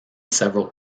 several